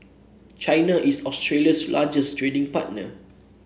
China is Australia's largest trading partner